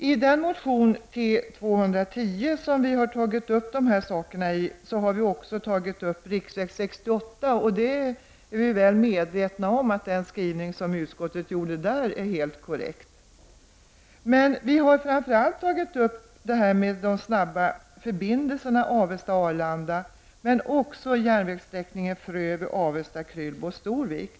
I den motion, T210, där vi har tagit upp dessa frågor har vi också tagit upp frågan om riksväg 68. Vi är väl medvetna om att den skrivning utskottet gjorde i denna fråga är helt korrekt. Vi har i motionen framför allt tagit upp frågan om snabba förbindelser mellan Avesta och Arlanda men också järnvägssträckningen Frövi—-Avesta—Krylbo—Storvik.